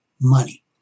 money